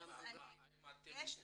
האם אתם